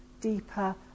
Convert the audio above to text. deeper